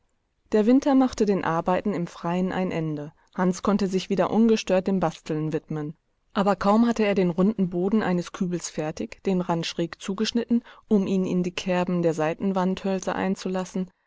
der winter machte den arbeiten im freien ein ende hans konnte sich wieder ungestört dem basteln widmen aber kaum hatte er den runden boden eines kübels fertig den rand schräg zugeschnitten um ihn in die kerben der seitenwandhölzer einzulassen